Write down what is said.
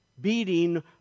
beating